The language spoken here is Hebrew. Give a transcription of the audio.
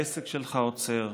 העסק שלך עוצר,